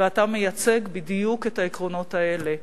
ואתה מייצג בדיוק את העקרונות האלה.